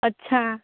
अच्छा